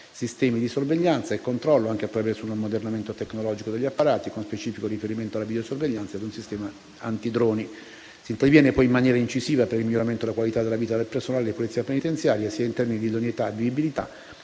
sistemi di sorveglianza e controllo, anche attraverso un ammodernamento tecnologico degli apparati, con specifico riferimento alla videosorveglianza e a un sistema antidroni. Si interverrà poi in maniera incisiva per il miglioramento della qualità della vita del personale di Polizia penitenziaria, anche in termini di idoneità e vivibilità